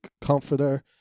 comforter